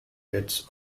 its